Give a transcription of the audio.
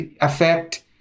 affect